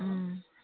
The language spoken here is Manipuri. ꯎꯝ